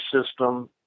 system